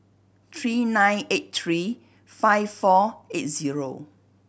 three nine eight three five four eight zero